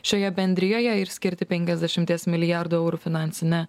šioje bendrijoje ir skirti penkiasdešimties milijardų eurų finansinę